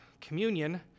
communion